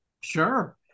sure